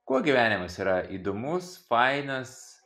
kuo gyvenimas yra įdomus fainas